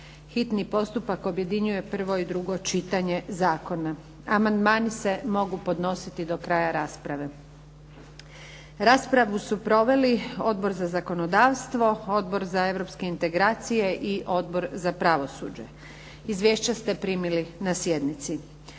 hitni postupak objedinjuje prvo i drugo čitanje zakona. Amandmani se mogu podnositi do kraja rasprave. Raspravu su proveli Odbor za zakonodavstvo, Odbor za europske integracije i Odbor za pravosuđe. Izvješća ste primili na sjednici.